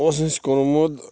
اوس اَسہِ کوٚرمُت